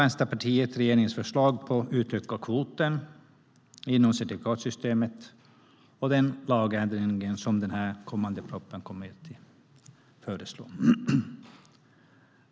Vänsterpartiet välkomnar regeringens förslag om att utöka kvoten inom elcertifikatssystemet och den lagändring som propositionen föreslår.